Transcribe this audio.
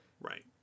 Right